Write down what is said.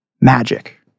magic